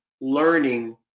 learning